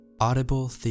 Audible